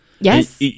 Yes